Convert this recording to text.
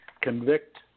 convict